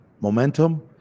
momentum